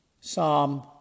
Psalm